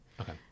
Okay